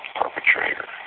perpetrator